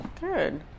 Good